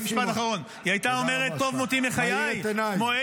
את מי אתה מאשים?